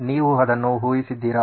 ನೀವು ಅದನ್ನು ಊಹಿಸಿದ್ದೀರಾ